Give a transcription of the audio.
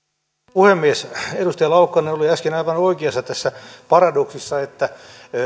puhemies edustaja laukkanen oli äsken aivan oikeassa tässä paradoksissa että